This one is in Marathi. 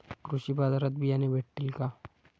कृषी बाजारात बियाणे भेटतील का?